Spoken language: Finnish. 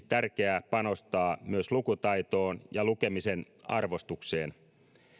tärkeää panostaa myös lukutaitoon ja lukemisen arvostukseen